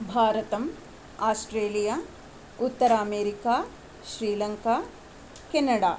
भारतम् आस्ट्रेलिया उत्तरामेरिका श्रीलङ्का केनडा